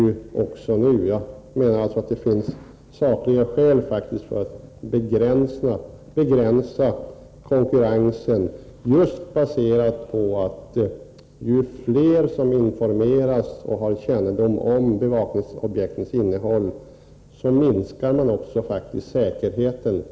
Jag menar att det finns sakliga skäl för att begränsa konkurrensen just med tanke på det faktum att ju fler som informeras och får kännedom om objektens innehåll, desto mindre blir säkerheten.